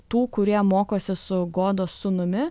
tų kurie mokosi su godos sūnumi